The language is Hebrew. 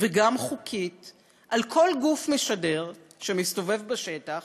וגם חוקית על כל גוף משדר שמסתובב בשטח.